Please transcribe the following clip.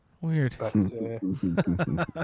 Weird